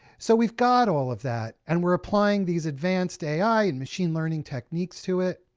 so we've got all of that, and we're applying these advanced ai and machine learning techniques to it,